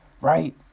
Right